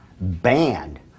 banned